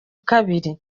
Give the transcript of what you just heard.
kabiri